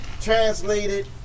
translated